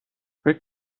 فکر